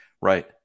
Right